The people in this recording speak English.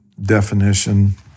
definition